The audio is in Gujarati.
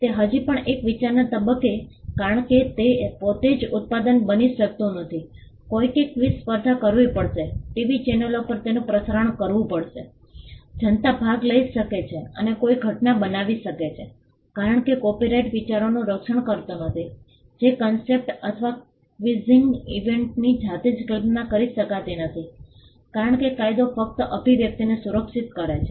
તે હજી પણ એક વિચારના તબક્કે છે કારણ કે તે પોતે જ ઉત્પાદન બની શકતું નથી કોઈકે ક્વિઝ સ્પર્ધા કરવી પડશે ટીવી ચેનલો પર તેનું પ્રસારણ કરવું પડશે જનતા ભાગ લઈ શકે છે અને કોઈ ઘટના બનાવી શકે છે કારણ કે કોપિરાઇટ વિચારોનું રક્ષણ કરતું નથી જે કન્સેપ્ટ અથવા ક્વિઝિંગ ઇવેન્ટની જાતે જ કલ્પના કરી શકાતી નથી કારણ કે કાયદો ફક્ત અભિવ્યક્તિને સુરક્ષિત કરે છે